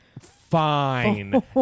Fine